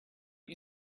you